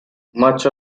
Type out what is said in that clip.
much